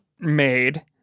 made